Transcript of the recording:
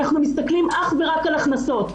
אנחנו מסתכלים אך ורק על הכנסות.